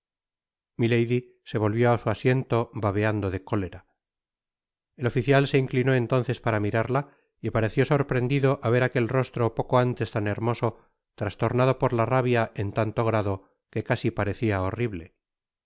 se volvió á su asiento babeando de cólera el oficial se inclinó entonces para mirarla y pareció sorprendido al ver aquel rostro poco antes tan hermoso trastornado por la rabia en tanto grado que casi parecia horrible